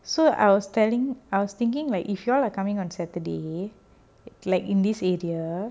so I was telling I was thinking like if you all are coming on saturday like in this area